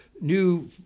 new